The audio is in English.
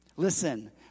Listen